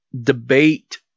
debate